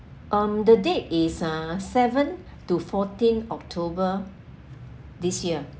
um the date is uh seven to fourteen october this year